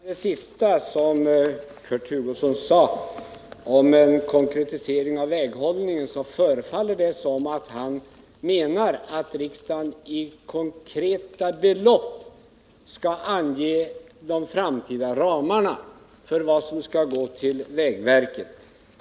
Herr talman! För att börja med det sista Kurt Hugosson sade — önskemålet om en konkretisering av väghållningen — förefaller det som om han menade att riksdagen i konkreta belopp skall ange de framtida ramarna för vad som skall gå till vägverket.